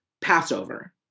Passover